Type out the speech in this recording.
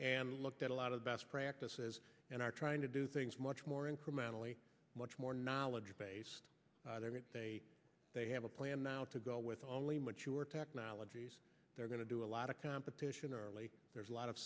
and looked at a lot of best practices and are trying to do things much more incrementally much more knowledge based they have a plan now to go with only mature technologies they're going to do a lot of competition are late there's a lot of